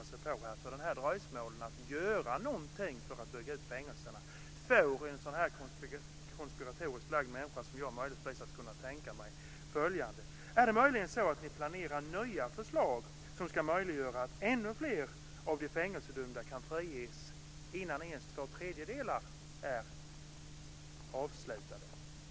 Att man dröjer så länge med att göra något för att bygga ut fängelserna får en konspiratoriskt lagd människa som jag att fråga sig följande: Planerar ni möjligen nya förslag som ska möjliggöra att ännu fler av de fängelsedömda kan friges innan ens två tredjedelar av strafftiden är avslutad?